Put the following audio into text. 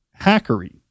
hackery